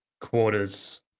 quarters